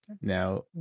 now